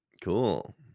cool